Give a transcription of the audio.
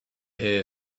here